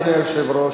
אדוני היושב-ראש,